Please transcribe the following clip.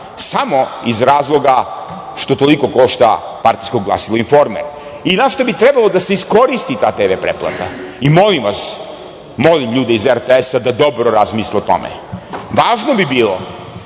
samo iz razloga što toliko košta partijsko glasilo "Informer".Na šta bi trebalo da se iskoristi ta TV pretplata? Molim vas, molim ljude iz RTS-a da dobro razmisle o tome. Važno bi bilo